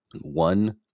one